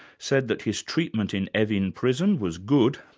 said that his treatment in evin prison was good,